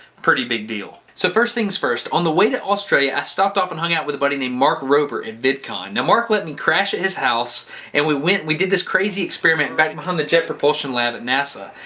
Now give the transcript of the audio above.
pretty big deal. so first things first. on the way to australia i stopped off and hung out with a buddy named mark rober in vidcon. now mark let me crash at his house and we went and we did this crazy experiment back behind the jet propulsion lab at nasa.